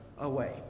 away